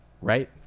right